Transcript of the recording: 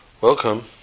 Welcome